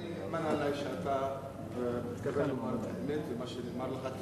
מקובל עלי שאתה מתכוון לומר את האמת ומה שנאמר לך.